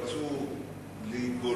נטשו אותו המונים שבאמת רצו להתבולל,